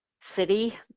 City